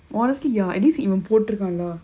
honestly ya at least கேட்ருக்காங்களா:ketrukaangalaa